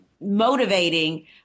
motivating